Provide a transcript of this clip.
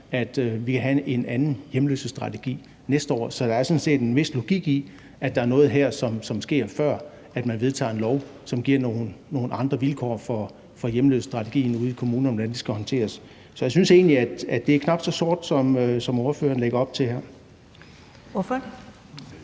at vi kan have en anden hjemløsestrategi til næste år. Så der er sådan set en vis logik i, at der er noget her, som sker, før man vedtager en lov, som giver nogle andre vilkår for hjemløsestrategien ude i kommunerne, altså hvordan det skal håndteres. Så jeg synes egentlig, at det er knap så sort, som ordføreren lægger op til her. Kl.